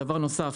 דבר נוסף,